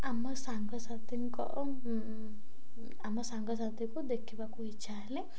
ଆମ ସାଙ୍ଗସାଥୀଙ୍କ ଆମ ସାଙ୍ଗସାଥିଙ୍କୁ ଦେଖିବାକୁ ଇଚ୍ଛା ହେଲେ